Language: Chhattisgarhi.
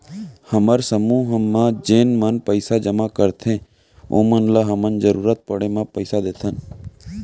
हमर समूह म जेन मन पइसा जमा करथे ओमन ल हमन जरूरत पड़े म पइसा देथन